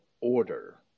order